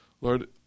lord